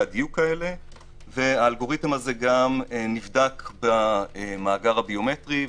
הדיוק האלה והוא גם נבדק במאגר הביומטרי.